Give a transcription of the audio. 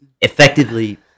Effectively